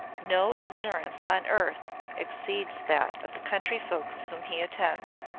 no ignorance on earth exceeds that of the country folks whom he attends.